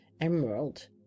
Emerald